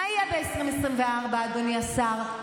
מה יהיה ב-2024, אדוני השר?